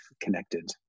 connected